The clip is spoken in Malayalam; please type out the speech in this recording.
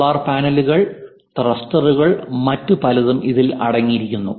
സോളാർ പാനലുകൾ ത്രസ്റ്ററുകൾ മറ്റ് പലതും ഇതിൽ അടങ്ങിയിരിക്കുന്നു